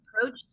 approach